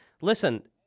Listen